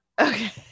okay